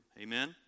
Amen